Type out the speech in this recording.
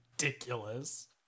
Ridiculous